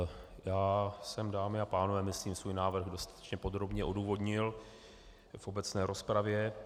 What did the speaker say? Já jsem, dámy a pánové, myslím svůj návrh dostatečně podrobně odůvodnil v obecné rozpravě.